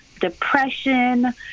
depression